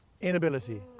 inability